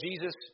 Jesus